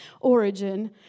origin